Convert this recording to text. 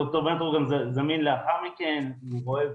ד"ר וינטראוב גם זמין לאחר מכן והוא רואה,